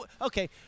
Okay